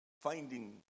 finding